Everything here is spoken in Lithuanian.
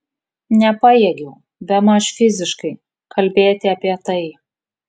nepajėgiau bemaž fiziškai kalbėti apie tai